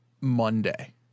Monday